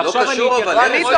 זה לא קשור אבל, ארז.